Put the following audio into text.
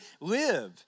live